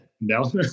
no